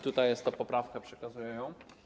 Tutaj jest ta poprawka, przekazuję ją.